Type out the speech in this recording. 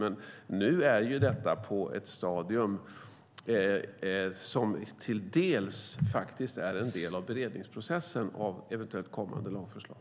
Men nu är detta på ett stadium som delvis är en del av beredningsprocessen av eventuellt kommande lagförslag.